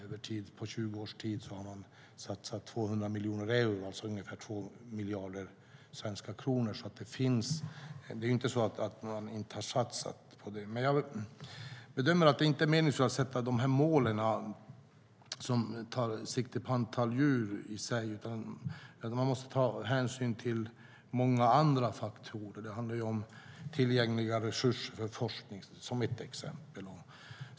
Över 20 års tid har man satsat över 200 miljoner euro, alltså ungefär 2 miljarder svenska kronor. Det är inte så att man inte har satsat på det. Jag bedömer att det inte är meningsfullt att sätta mål som tar sikte på antal djur i sig. Man måste ta hänsyn till många andra faktorer. Det handlar om tillgängliga resurser för forskning, som ett exempel.